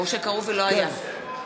או שקראו ולא היה.